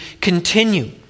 continue